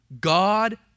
God